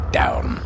down